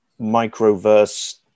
microverse